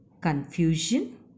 Confusion